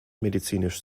medizinisch